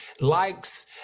likes